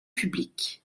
publics